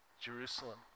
Jerusalem